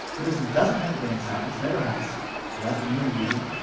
buddhism doesn't have a brain science, never has so that's a new ingredient,